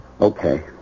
Okay